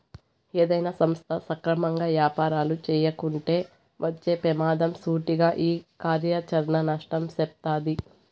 ఏదైనా సంస్థ సక్రమంగా యాపారాలు చేయకుంటే వచ్చే పెమాదం సూటిగా ఈ కార్యాచరణ నష్టం సెప్తాది